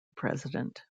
president